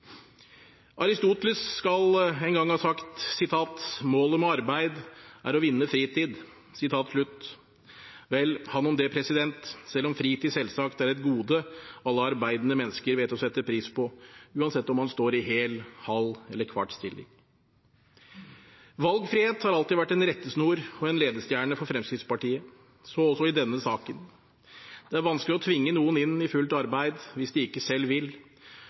skal en gang ha sagt at målet med arbeid er å vinne fritid. Vel, han om det, selv om fritid selvsagt er et gode alle arbeidende mennesker vet å sette pris på, uansett om man står i hel, halv eller kvart stilling. Valgfrihet har alltid vært en rettesnor og en ledestjerne for Fremskrittspartiet – så også i denne saken. Det er vanskelig å tvinge noen inn i fullt arbeid hvis de ikke selv vil,